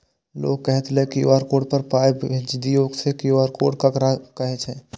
लोग कहलक QR code पर पाय भेज दियौ से क्यू.आर कोड ककरा कहै छै?